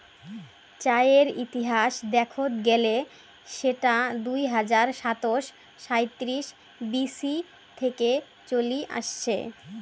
চায়ের ইতিহাস দেখত গেলে সেটা দুই হাজার সাতশ সাঁইত্রিশ বি.সি থেকে চলি আসছে